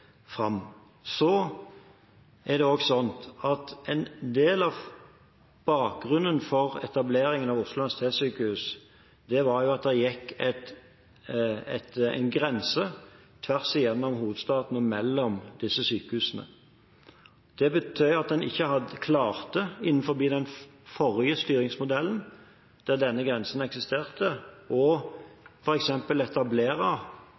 fram. En del av bakgrunnen for etableringen av Oslo universitetssykehus var at det gikk en grense tvers gjennom hovedstaden og mellom disse sykehusene. Det betød at en ikke klarte, innenfor den forrige styringsmodellen, der denne grensen eksisterte,